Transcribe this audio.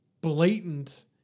blatant